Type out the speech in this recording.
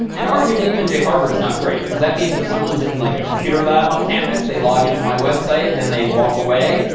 and arguably even jharvard is not great. because that means, if someone's in, like a computer lab on campus, they log in to my website, then they walk away,